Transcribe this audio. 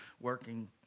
working